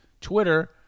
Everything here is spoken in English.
Twitter